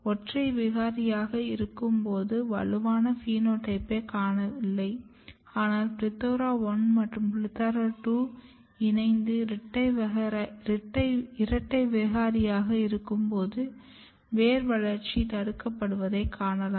ஒற்றை விகாரியாக இருக்கும் போது வலுவான பினோடைப்பைக் காணவில்லை ஆனால் PLETHORA 1 மற்றும் PLETHORA 2 இணைந்து இரட்டை விகாரியாக இருக்கும்போது வேர் வளர்ச்சி தடுக்கப்படுவதைக் காணலாம்